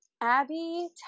Abby